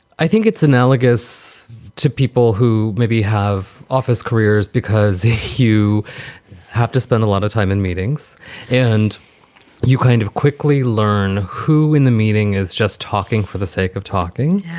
i think it's analogous to people who maybe have office careers because you have to spend a lot of time in meetings and you kind of quickly learn who in the meeting is just talking for the sake of talking.